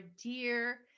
dear